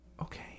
Okay